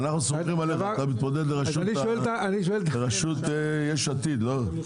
אנחנו סומכים עליך, אתה מתמודד לרשות יש עתיד, לא?